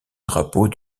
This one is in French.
drapeau